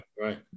Right